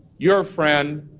your friend,